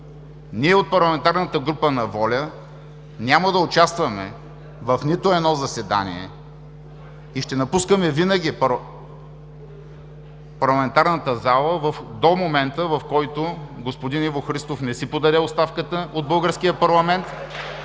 Ние от парламентарната група на „Воля“ няма да участваме в нито едно заседание и ще напускаме винаги пленарната зала до момента, в който господин Иво Христов не си подаде оставката от българския парламент